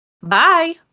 Bye